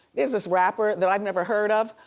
there's this rapper that i've never heard of,